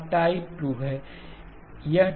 अब टाइप 2 हैHl0M 1Z Rl